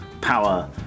power